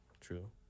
true